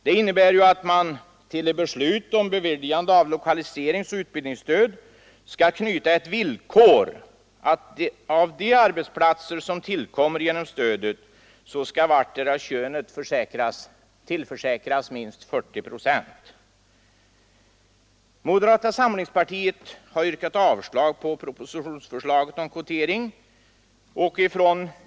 Det innebär ju att man till beslut om beviljande av lokaliseringsoch utbildningsstöd skall knyta villkoret att av de arbetsplatser som tillkommer genom stödet skall vartdera könet tillförsäkras minst 40 procent. Moderata samlingspartiet har yrkat avslag på propositionsförslaget om kvotering.